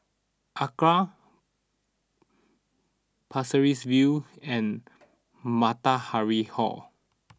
Acra Pasir Ris View and Matahari Hall